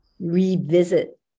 revisit